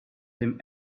him